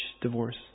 Divorce